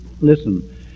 Listen